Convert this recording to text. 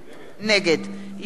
נגד יוסי פלד,